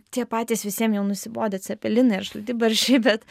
tie patys visiem jau nusibodę cepelinai ar šaltibarščiai bet